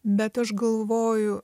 bet aš galvoju